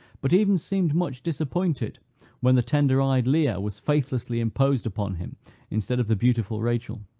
but even seemed much disappointed when the tender-eyed leah was faithlessly imposed upon him instead of the beautiful rachel.